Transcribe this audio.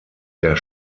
der